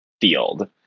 field